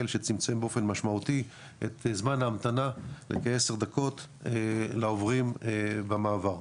שצמצם באופן משמעותי את זמן ההמתנה לכעשר דקות לעוברים במעבר.